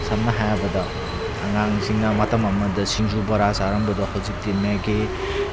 ꯁꯝꯅ ꯍꯥꯏꯔꯕꯗ ꯑꯉꯥꯡꯁꯤꯡꯅ ꯃꯇꯝ ꯑꯃꯗ ꯁꯤꯡꯖꯨ ꯕꯣꯔꯥ ꯆꯥꯔꯝꯕꯗꯣ ꯍꯧꯖꯤꯛꯇꯤ ꯃꯦꯒꯤ